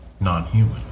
non-human